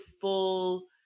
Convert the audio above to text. full